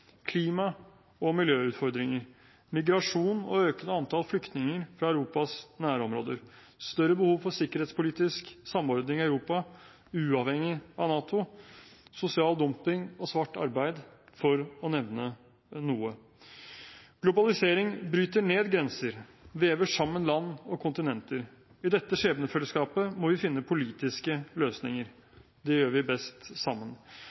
klima- og miljøutfordringer, migrasjon og økende antall flyktninger fra Europas nærområder, større behov for sikkerhetspolitisk samordning i Europa uavhengig av NATO, sosial dumping og svart arbeid, for å nevne noe. Globalisering bryter ned grenser, vever sammen land og kontinenter. I dette skjebnefellesskapet må vi finne politiske løsninger. Det gjør vi best sammen.